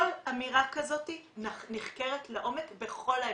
כל אמירה כזאת נחקרת לעומק בכל האמצעים.